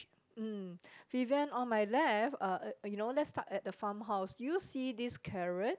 mm Vivien on my left uh you know let's start at the farmhouse do you see this carrots